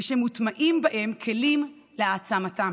ושמוטמעים בהם כלים להעצמתם.